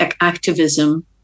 activism